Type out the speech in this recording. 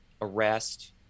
arrest